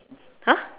!huh!